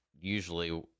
usually